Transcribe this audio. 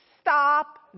stop